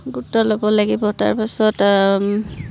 গুৰুত্ব ল'ব লাগিব তাৰপাছত